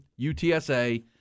UTSA